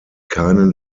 keinen